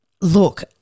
Look